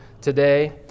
today